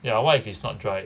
ya what if it's not dry